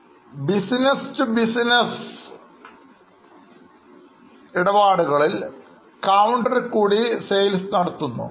B to B business ഇടപാടുകളിൽ കൌണ്ടറിൽ കൂടി Sales നടത്തുന്നു